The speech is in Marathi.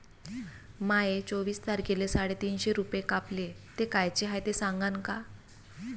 माये चोवीस तारखेले साडेतीनशे रूपे कापले, ते कायचे हाय ते सांगान का?